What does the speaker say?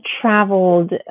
traveled